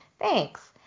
Thanks